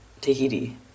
Tahiti